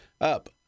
up